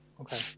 Okay